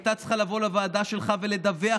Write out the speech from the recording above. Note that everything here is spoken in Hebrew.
שהייתה צריכה לבוא לוועדה שלך ולדווח